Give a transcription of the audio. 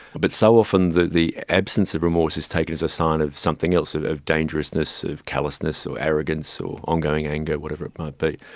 but so often the the absence of remorse is taken as a sign of something else, of of dangerousness, of callousness or so arrogance or ongoing anger, whatever it might be.